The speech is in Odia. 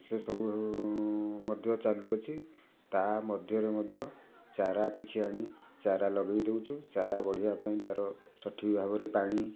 ସେ ସବୁ ମଧ୍ୟ ଚାଲୁ ଅଛି ତା ମଧ୍ୟରେ ମଧ୍ୟ ଚାରା କିଛି ଆଣି ଚାରା ଲଗାଇ ଦଉଛୁ ଚାରା ବଢ଼ିବା ପାଇଁ ତାର ସଠିକ୍ ଭାବରେ ପାଣି